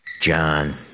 John